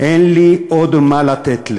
"אין לי עוד מה לתת לך.